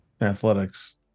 athletics